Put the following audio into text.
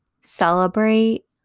celebrate